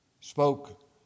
spoke